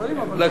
אלא,